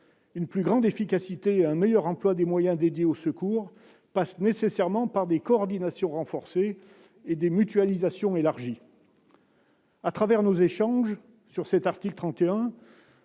Une plus grande efficacité et un meilleur emploi des moyens consacrés au secours passent nécessairement par des coordinations renforcées et des mutualisations élargies. À travers nos échanges sur cet article 31,